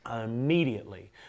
Immediately